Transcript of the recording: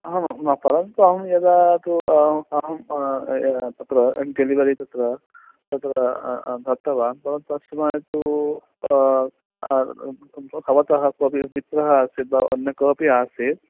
हां परन्तु अहं यदा तु अहम् अहं तत्र डेलिवरि तत्र तत्र दत्तवान् परं तस्मात् भवतः कोपि मित्रम् आसीद् अन्यः कोपि आसीत्